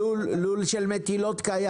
לול קיים של מטילות?